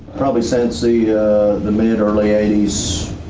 probably since the the mid early eighty s.